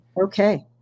Okay